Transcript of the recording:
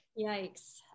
Yikes